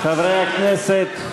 חברי הכנסת,